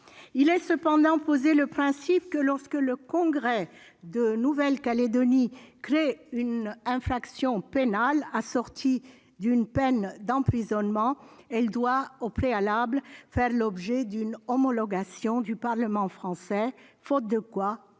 pénales. Cependant, le principe a été posé que, lorsque le Congrès de Nouvelle-Calédonie crée une infraction pénale assortie d'une peine d'emprisonnement, celle-ci doit au préalable faire l'objet d'une homologation du Parlement français, faute de quoi